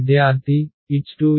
విద్యార్థి H20